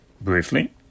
briefly